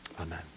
Amen